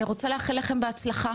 אני רוצה לאחל לכם בהצלחה,